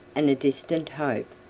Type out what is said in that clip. and a distant hope,